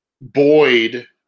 Boyd